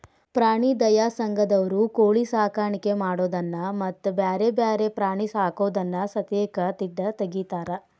ಪ್ರಾಣಿ ದಯಾ ಸಂಘದಂತವರು ಕೋಳಿ ಸಾಕಾಣಿಕೆ ಮಾಡೋದನ್ನ ಮತ್ತ್ ಬ್ಯಾರೆ ಬ್ಯಾರೆ ಪ್ರಾಣಿ ಸಾಕೋದನ್ನ ಸತೇಕ ತಿಡ್ಡ ತಗಿತಾರ